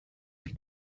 with